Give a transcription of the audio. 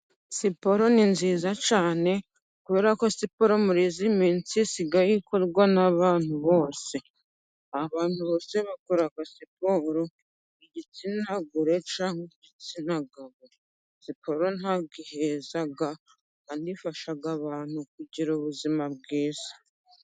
Siporo ni nziza cyane, kubera ko siporo muri iyi minsi isigaye ikorwa n'abantu bose. Abantu bose bakora siporo, igitsina gore. Siporo ntabwo iheza, kandi ifasha abantu kugira ubuzima bwiza.